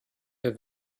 der